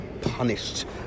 punished